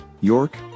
York